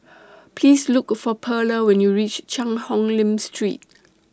Please Look For Perla when YOU REACH Cheang Hong Lim Street